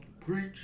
Preach